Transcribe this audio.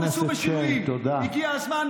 חופש הביטוי הוא זכות יסוד אשר יש להקפיד בכבודה,